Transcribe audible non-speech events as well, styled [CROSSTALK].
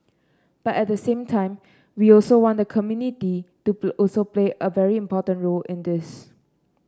but at the same time we also want the community to [UNINTELLIGIBLE] also play a very important role in this